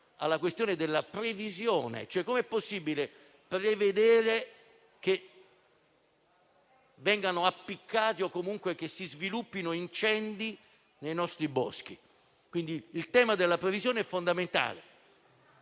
alla questione della previsione: come è possibile prevedere che vengano appiccati o comunque che si sviluppino incendi nei nostri boschi? Il tema della previsione è fondamentale.